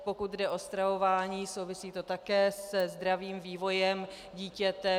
Pokud jde o stravování, souvisí to také se zdravým vývojem dítěte.